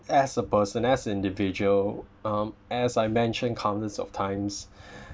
as a person as individual um as I mentioned countless of times